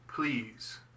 Please